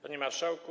Panie Marszałku!